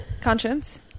conscience